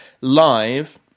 Live